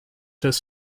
his